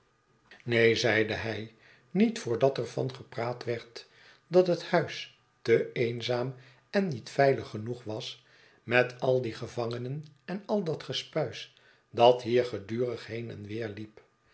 neen zeide hij niet voordat er van gepraat werd dat het huis te eenzaam en niet veilig genoeg was met al die gevangenen en al dat gespuis dat hier gedurig heen en weer liep